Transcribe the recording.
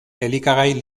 elikagai